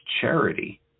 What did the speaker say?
charity